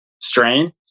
strain